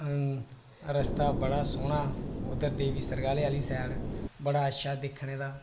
हूं रस्ता बड़ा सोह्ना उद्धर देबी सरकाला आह्ली साइड बड़ा अच्छा दिक्खने दा